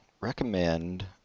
recommend